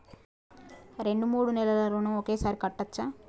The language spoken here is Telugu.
రెండు మూడు నెలల ఋణం ఒకేసారి కట్టచ్చా?